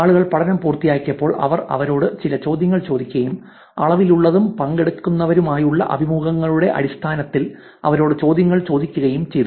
ആളുകൾ പഠനം പൂർത്തിയാക്കിയപ്പോൾ അവർ അവരോട് ചില ചോദ്യങ്ങൾ ചോദിക്കുകയും അളവിലുള്ളതും പങ്കെടുക്കുന്നവരുമായുള്ള അഭിമുഖങ്ങളുടെ അടിസ്ഥാനത്തിൽ അവരോട് ചോദ്യങ്ങൾ ചോദിക്കുകയും ചെയ്തു